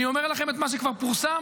אני אומר לכם את מה שכבר פורסם.